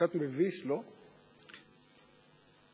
הצעת חוק מיסוי מקרקעין (שבח ורכישה)